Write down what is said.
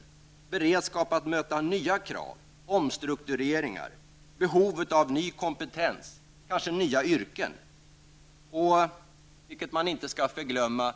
Man får en beredskap, så att man kan möta nya krav, omstruktureringar, krav på ny kompetens, ja, kanske nya yrken. Vidare möjliggörs härmed, och det kanske inte skall förglömmas,